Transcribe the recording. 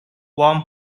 warm